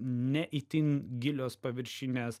ne itin gilios paviršinės